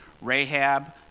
Rahab